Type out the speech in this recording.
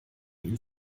ihn